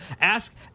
ask